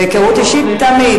בהיכרות אישית, תמיד.